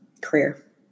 career